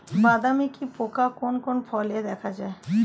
বাদামি কি পোকা কোন কোন ফলে দেখা যায়?